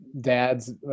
dads